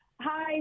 Hi